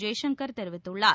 ஜெய்சங்கர் தெரிவித்துள்ளார்